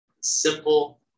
Simple